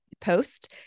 post